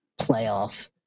playoff